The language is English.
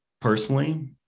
personally